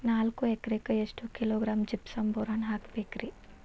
ನಾಲ್ಕು ಎಕರೆಕ್ಕ ಎಷ್ಟು ಕಿಲೋಗ್ರಾಂ ಜಿಪ್ಸಮ್ ಬೋರಾನ್ ಹಾಕಬೇಕು ರಿ?